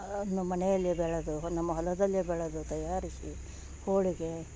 ನಮ್ಮ ಮನೆಯಲ್ಲಿ ಬೆಳೆದು ನಮ್ಮ ಹೊಲದಲ್ಲಿ ಬೆಳೆದು ತಯಾರಿಸಿ ಹೋಳಿಗೆ